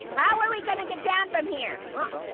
how are we gonna get down from here?